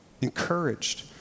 encouraged